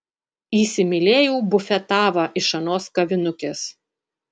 įsimylėjau bufetavą iš anos kavinukės